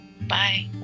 Bye